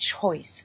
choice